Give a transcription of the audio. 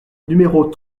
numéros